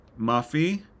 Muffy